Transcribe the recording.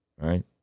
right